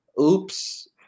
oops